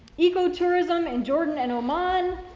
ecotourism and jordan and oman,